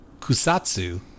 Kusatsu